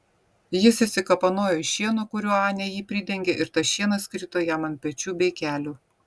jis išsikapanojo iš šieno kuriuo anė jį pridengė ir tas šienas krito jam ant pečių bei kelių